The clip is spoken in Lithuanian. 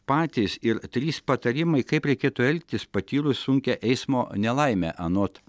patys ir trys patarimai kaip reikėtų elgtis patyrus sunkią eismo nelaimę anot